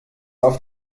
auf